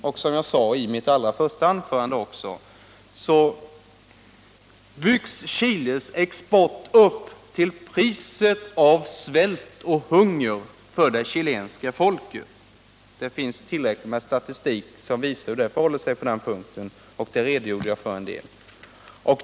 Och som jag sade i mitt allra första anförande byggs Chiles export upp till priset av svält och hunger för det chilenska folket. Det finns tillräckligt med statistik som visar hur det förhåller sig på den punkten, och det redogjorde jag en del för.